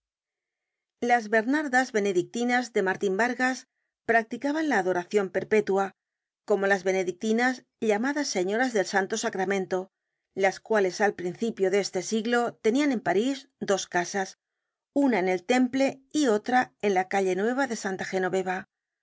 las bernardas benedictinas de martin vargas practicaban la adoracion perpetua como las benedictinas llamadas señoras del santo sacramento las cuales al principio de este siglo tenian en parís dos casas una en el temple y otra en la calle nueva de santa genoveva